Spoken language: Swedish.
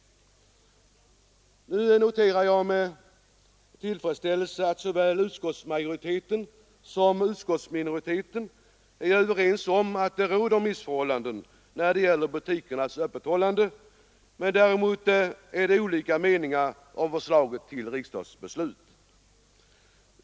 Nu noterar jag med tillfredsställelse att såväl utskottsmajoriteten som utskottsminoriteten är överens om att det råder missförhållanden när det gäller butikernas öppethållande. Däremot är det olika meningar om förslaget till riksdagsbeslut.